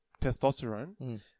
testosterone